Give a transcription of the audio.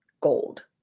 gold